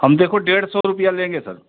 हम देखो डेढ़ सौ रुपया लेंगे सर